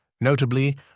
Notably